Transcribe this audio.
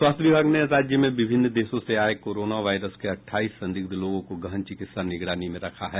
स्वास्थ्य विभाग ने राज्य में विभिन्न देशों से आये कोरोना वायरस के अट्ठाईस संदिग्ध लोगों को गहन चिकित्सा निगरानी में रखा है